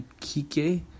Kike